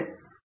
professor